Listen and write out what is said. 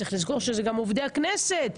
צריך לזכור שמדובר גם בעובדי הכנסת,